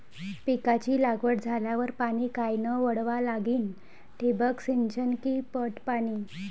पिकाची लागवड झाल्यावर पाणी कायनं वळवा लागीन? ठिबक सिंचन की पट पाणी?